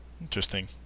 Interesting